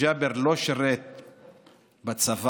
ג'אבר לא שירת בצבא,